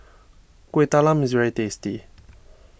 Kueh Talam is very tasty